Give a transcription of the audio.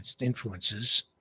influences